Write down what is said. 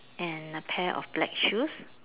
and a pair of black shoes